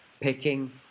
picking